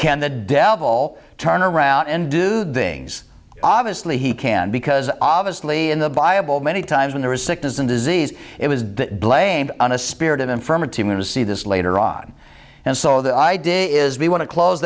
can the devil turn around and do things obviously he can because obviously in the buyable many times when there is sickness and disease it was that blamed on a spirit of infirmity going to see this later on and so the idea is we want to close